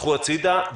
נדחו הצידה.